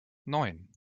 neun